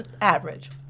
average